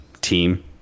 team